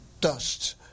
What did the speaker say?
dust